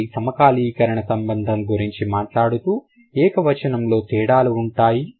కాబట్టి సమకాలీకరణ సంబంధం గురించి మాట్లాడుతూ ఏక వచనంలో తేడాలు ఉంటాయి